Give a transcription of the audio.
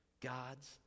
God's